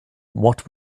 what